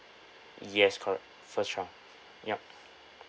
yes correct first child yup